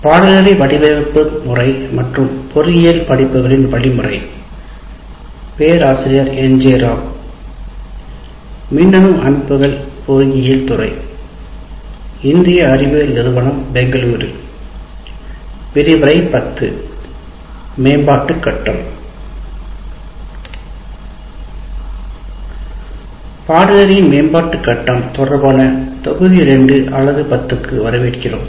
பாடநெறியின் மேம்பாட்டு கட்டம் தொடர்பான தொகுதி அலகு 2 பிரிவு 10 க்கு வரவேற்கிறோம்